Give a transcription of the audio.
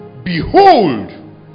Behold